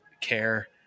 care